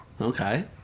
okay